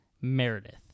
Meredith